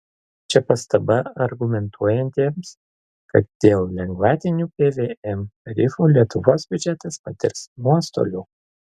čia pastaba argumentuojantiems kad dėl lengvatinių pvm tarifų lietuvos biudžetas patirs nuostolių